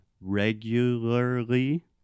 regularly